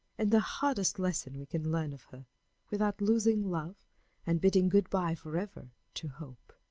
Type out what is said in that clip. and the hardest lesson we can learn of her without losing love and bidding good-by forever to hope.